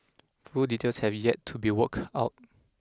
full details have yet to be work out